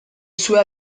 sue